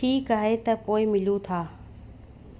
ठीकु आहे त पोइ मिलूं था